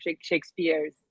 Shakespeare's